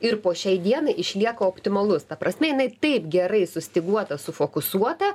ir po šiai dienai išlieka optimalus ta prasme jinai taip gerai sustyguota sufokusuota